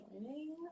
joining